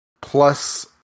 plus